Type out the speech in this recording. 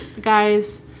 guys